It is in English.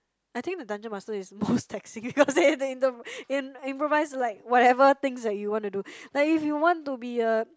I think the dungeon master is most taxing cause they have to improvise like whatever things that you wanna do like if you want to be a